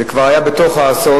זה כבר היה בתוך האסון,